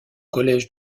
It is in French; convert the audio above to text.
collège